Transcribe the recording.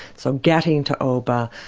so getting to oba,